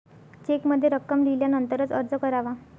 चेकमध्ये रक्कम लिहिल्यानंतरच अर्ज करावा